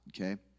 Okay